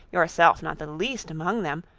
yourself not the least among them,